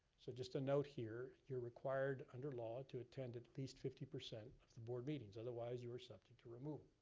so just a note here, you're required, under law, to attend at least fifty percent of the board meetings. otherwise, your are subject to removal.